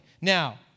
Now